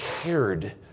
cared